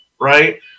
right